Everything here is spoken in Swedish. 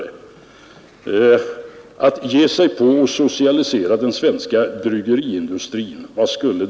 Vad skulle det nytta till att ge sig på och socialisera den svenska bryggeriindustrin?